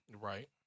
Right